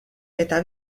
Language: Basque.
eta